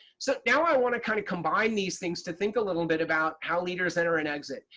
so now i want to kind of combine these things to think a little bit about how leaders enter and exit.